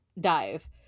dive